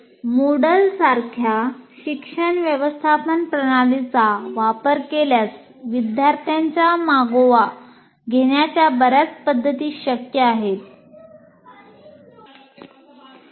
MOODLE सारख्या शिक्षण व्यवस्थापन प्रणालीचा वापर केल्यास विद्यार्थ्यांचा मागोवा घेण्याच्या बर्याच पद्धती शक्य असतील